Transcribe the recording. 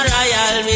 Royal